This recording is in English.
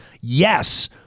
Yes